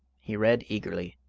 he read eagerly.